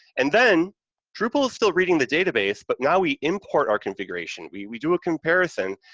and then drupal is still reading the database, but now we import our configuration, we we do a comparison,